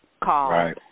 call